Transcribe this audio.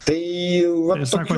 tai labai sunku